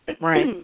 Right